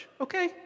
Okay